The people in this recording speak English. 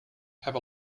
have